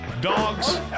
dogs